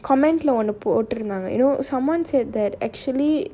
comment leh ஒன்னு கேட்ருந்தாங்க:onnu ketrunthaanga you know someone said that actually